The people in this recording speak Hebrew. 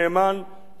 חברי שר המשפטים,